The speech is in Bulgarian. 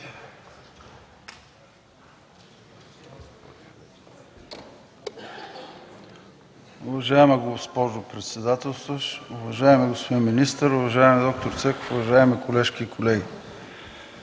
Уважаема госпожо председател, уважаеми господин министър, уважаеми д-р Цеков, уважаеми колежки и колеги!